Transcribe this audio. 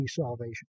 salvation